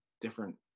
different